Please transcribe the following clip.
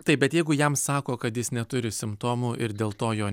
taip bet jeigu jam sako kad jis neturi simptomų ir dėl to jo